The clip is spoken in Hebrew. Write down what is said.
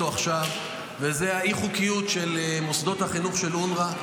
עכשיו: אי-החוקיות של מוסדות החינוך של אונר"א.